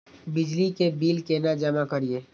बिजली के बिल केना जमा करिए?